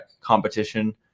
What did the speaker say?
competition